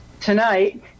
tonight